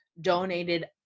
donated